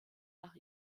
nach